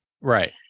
right